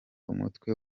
umutwe